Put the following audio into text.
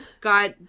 got